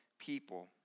people